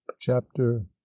Chapter